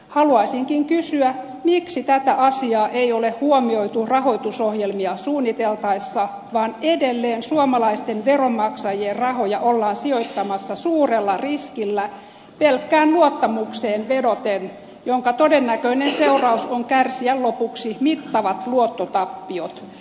haluaisinkin kysyä miksi tätä asiaa ei ole huomioitu rahoitusohjelmia suunniteltaessa vaan edelleen suomalaisten veronmaksajien rahoja ollaan sijoittamassa suurella riskillä pelkkään luottamukseen vedoten minkä todennäköinen seuraus on kärsiä lopuksi mittavat luottotappiot